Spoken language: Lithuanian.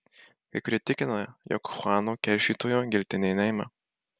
kai kurie tikina jog chuano keršytojo giltinė neima